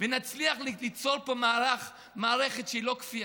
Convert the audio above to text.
ונצליח ליצור פה מערכת שהיא לא כפייתית,